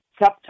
subtype